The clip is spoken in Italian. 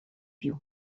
più